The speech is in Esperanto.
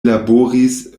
laboris